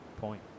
point